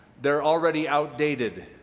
they're already outdated.